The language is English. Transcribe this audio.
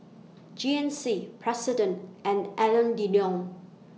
G N C President and Alain Delon